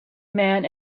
man